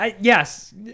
Yes